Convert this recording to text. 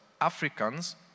Africans